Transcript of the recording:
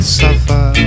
suffer